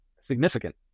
significant